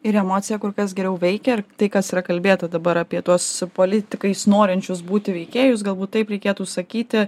ir emocija kur kas geriau veikia ar tai kas yra kalbėta dabar apie tuos su politikais norinčius būti veikėjus galbūt taip reikėtų sakyti